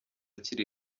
kiri